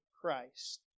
Christ